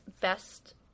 best